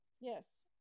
Yes